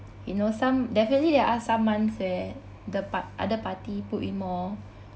you know some definitely there are some months where the pa~ other party put in more